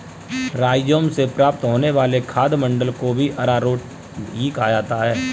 rhizome से प्राप्त होने वाले खाद्य मंड को भी अरारोट ही कहा जाता है